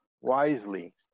wisely